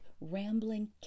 rambling